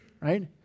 right